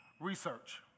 research